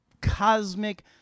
cosmic